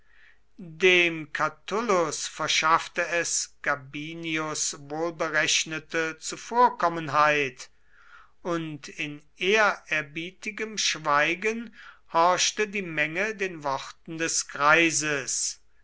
dem catulus verschaffte es gabinius wohlberechnete zuvorkommenheit und in ehrerbietigem schweigen horchte die menge den worten des greises